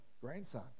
grandson